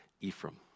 Ephraim